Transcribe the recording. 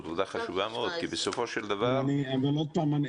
זו עובדה חשובה מאוד כי בסופו של דבר -- ועוד פעם,